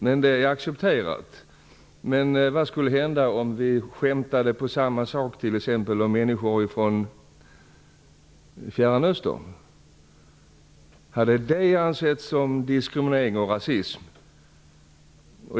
Men det är accepterat. Vad skulle hända om vi skämtade på samma sätt med t.ex. människor från Fjärran östern? Hade det ansetts som diskriminerande och rasistiskt?